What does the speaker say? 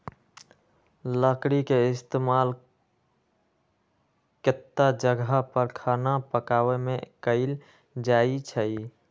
लकरी के इस्तेमाल केतता जगह पर खाना पकावे मे कएल जाई छई